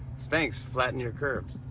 spanx flatten your curves.